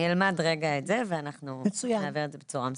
אני אלמד רגע את זה ואנחנו נעביר את זה בצורה מסודרת.